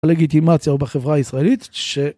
הלגיטימציה בחברה הישראלית ש...